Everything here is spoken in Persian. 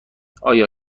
آیا